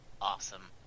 Awesome